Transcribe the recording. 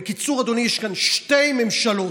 בקיצור, אדוני, יש כאן שתי ממשלות.